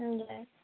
हजुर